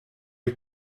lui